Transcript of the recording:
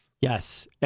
Yes